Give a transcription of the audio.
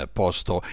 posto